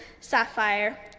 sapphire